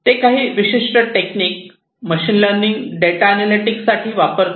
ते काही विशिष्ट technique machine learning data analytics साठी वापरतात